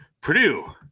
Purdue